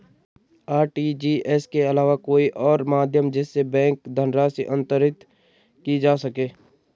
RTGS के अलावा कोई और माध्यम जिससे बैंक धनराशि अंतरित की जा सके?